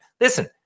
Listen